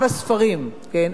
העברית החדשה.